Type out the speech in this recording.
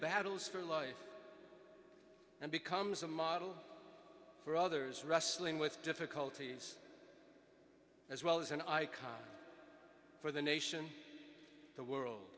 battles for life and becomes a model for others wrestling with difficulties as well as an icon for the nation the world